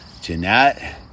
Jeanette